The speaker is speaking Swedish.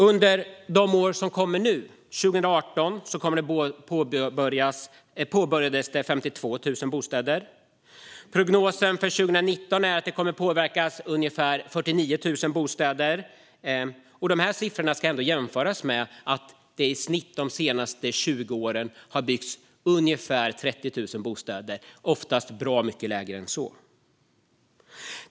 Under 2018 påbörjades byggande av 52 000 bostäder. Prognosen för 2019 är att det kommer att påbörjas byggande av ungefär 49 000 bostäder. Dessa siffror ska jämföras med att det i snitt de senaste 20 åren har byggts ungefär 30 000 bostäder, oftast bra mycket färre än så.